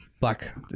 Black